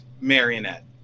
Marionette